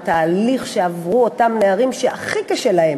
את התהליך שעברו אותם נערים שהכי קשה להם.